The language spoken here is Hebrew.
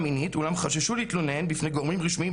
מינית אולם חששו להתלונן בפני גורמים רשמיים,